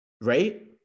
right